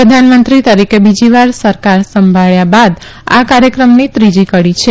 પ્રધાનમંત્રી તરીકે બીજીવાર સરકાર સંભાળ્યા બાદ આ કાર્યક્રમની ત્રીજી કડી છે